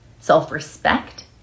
self-respect